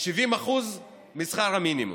70% משכר המינימום.